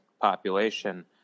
population